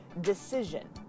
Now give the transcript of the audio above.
decision